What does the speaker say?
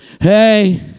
Hey